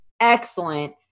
excellent